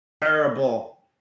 terrible